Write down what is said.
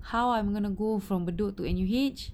how I'm gonna go from bedok to N_U_H